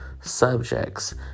subjects